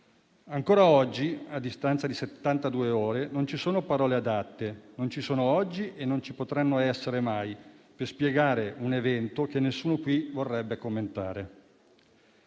Ancora oggi, a distanza di settantadue ore, non ci sono parole adatte. Non ci sono oggi e non ci potranno essere mai per spiegare un evento che nessuno qui vorrebbe commentare.